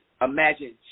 Imagine